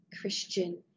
Christian